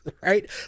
right